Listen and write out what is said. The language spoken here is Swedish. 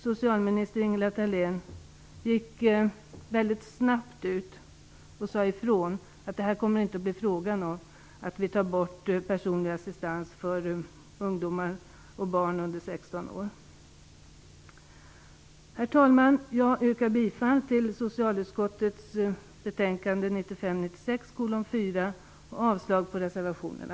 Socialminister Ingela Thalén gick väldigt snabbt ut och sade ifrån - det kommer inte att bli fråga om att ta bort den personliga assistansen för ungdomar och barn under 16 år. Herr talman! Jag yrkar bifall till hemställan i socialutskottets betänkande 4 och avslag på reservationerna.